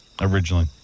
originally